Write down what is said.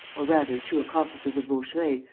or rather two accomplices of vaucheray,